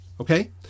Okay